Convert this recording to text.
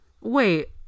Wait